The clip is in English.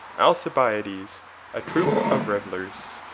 alcibiades, a troop of revellers.